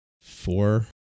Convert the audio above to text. four